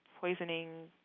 poisoning